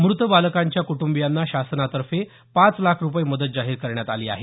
मृत बालकांच्या कुटंबीयांना शासनातर्फे पाच लाख रुपये मदत जाहीर करण्यात आली आहे